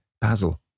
Basil